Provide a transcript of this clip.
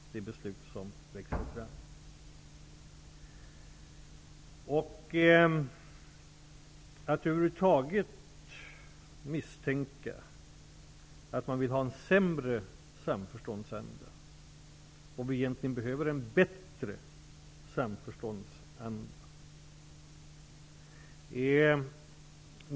Det är märkligt att någon över huvud taget kan misstänka att man vill ha en sämre samförståndsanda, när vi egentligen behöver en bättre.